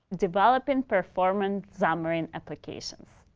developing performance xamarin applications.